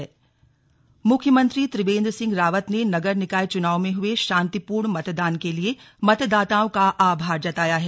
slug CM आभार मुख्यमंत्री त्रिवेन्द्र सिंह रावत ने नगर निकाय चुनाव में हुए शांतिपूर्ण मतदान के लिए मतदाताओं का आभार जताया है